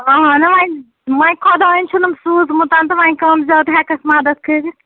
اہنُو وۄنۍ وۄنۍ خۄداین چھُنم سوٗزمُت تہٕ وۄنۍ کَم زیادٕ ہیٚکَکھ مَدَتھ کٔرِتھ